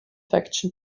faction